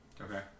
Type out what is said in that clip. okay